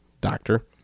doctor